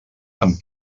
amb